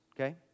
okay